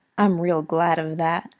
i'm real glad of that.